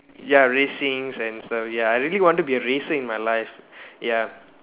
ya racings and stuff ya I really wanted to be racing in my life ya